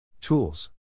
Tools